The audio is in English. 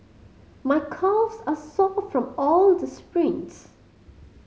my calves are sore from all the sprints